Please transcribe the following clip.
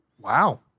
wow